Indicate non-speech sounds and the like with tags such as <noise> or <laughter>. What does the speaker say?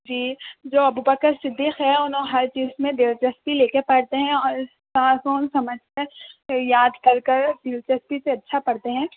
جی جو ابو بکر صدیق ہے انوں ہر چیز میں دلچسپی لے کے پڑھتے ہیں اور <unintelligible> سمجھ کر پھر یاد کر کر دلچسپی سے اچھا پڑھتے ہیں